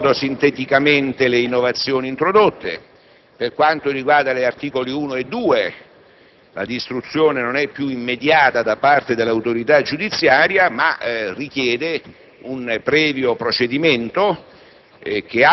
Ricordo sinteticamente le innovazioni introdotte: per quanto riguarda gli articoli 1 e 2, la distruzione non è più immediata da parte dell'autorità giudiziaria, ma richiede un previo procedimento,